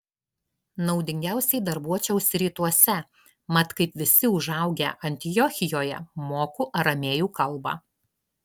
naudingiausiai darbuočiausi rytuose mat kaip visi užaugę antiochijoje moku aramėjų kalbą